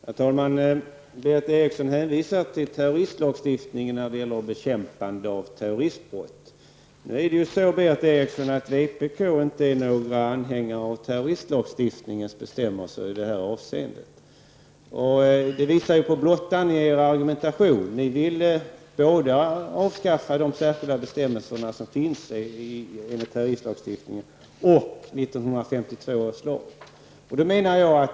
Herr talman! Berith Eriksson hänvisar till terroristlagstiftningen när det gäller bekämpande av terroristbrott. Nu är det ju så, Berith Eriksson, att vänsterpartiet inte är anhängare av terroristlagstiftningens bestämmelser i det här avseendet. Det visar på blottan i er argumentation. Ni vill avskaffa både de särskilda bestämmelserna i terroristlagstiftningen och 1952 års lag.